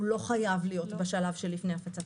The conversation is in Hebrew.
הוא לא חייב להיות בשלב שלפני הפצת